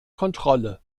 kontrolle